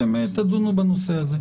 אתם תדונו בנושא הזה.